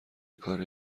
کاره